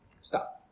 Stop